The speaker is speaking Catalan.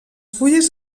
fulles